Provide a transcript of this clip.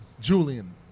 Julian